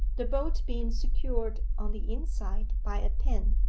the bolt being secured on the inside by a pin,